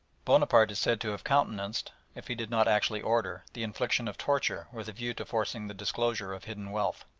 bonaparte is said to have countenanced, if he did not actually order, the infliction of torture with a view to forcing the disclosure of hidden wealth.